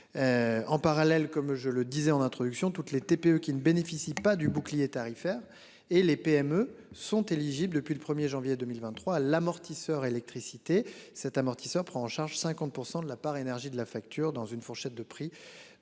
En parallèle, comme je le disais en introduction, toutes les TPE qui ne bénéficient pas du bouclier tarifaire et les PME sont éligibles. Depuis le 1er janvier 2023 l'amortisseur électricité cet amortisseur prend en charge 50% de la part énergie de la facture dans une fourchette de prix